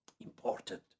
Important